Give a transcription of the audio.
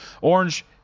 Orange